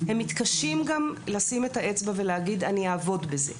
הם מתקשים לשים את האצבע ולהגיד: אני אעבוד בזה.